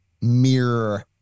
mirror